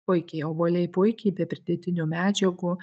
puikiai obuoliai puikiai be pridėtinių medžiagų